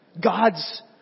God's